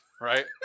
Right